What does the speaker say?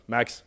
Max